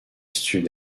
sud